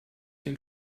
den